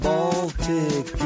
Baltic